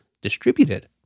distributed